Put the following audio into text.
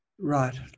Right